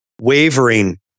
wavering